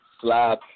slab